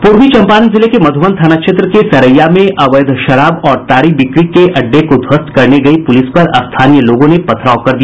पूर्वी चंपारण जिले के मध्रबन थाना क्षेत्र के सरैया में अवैध शराब और ताड़ी बिक्री के अड्डे को ध्वस्त करने गयी पूलिस पर स्थानीय लोगों ने पथराव कर दिया